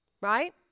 Right